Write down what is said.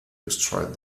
destroyed